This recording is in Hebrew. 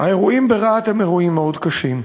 האירועים ברהט הם אירועים מאוד קשים.